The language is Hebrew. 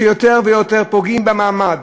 שיותר ויותר פוגעים במעמד